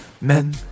Men